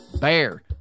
BEAR